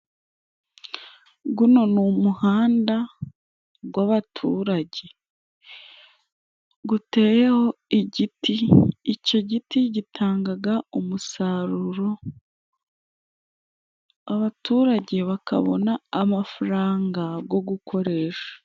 Guno ni umuhanda gw'abaturage, guteyeho igiti. Icyo giti gitangaga umusaruro, abaturage bakabona amafaranga go gukoresha.